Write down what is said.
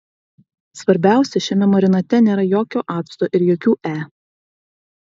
svarbiausia šiame marinate nėra jokio acto ir jokių e